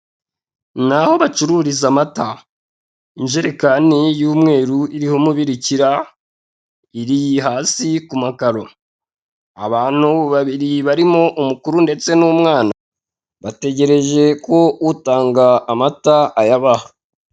Ni aho bacururiza amata. Injerekani y'umweru iriho umubirikira, iri hasi ku makaro. Abantu babiri barimo umukuru ndetse n'umwana bategereje ko utanga amata ayabaha.